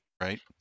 right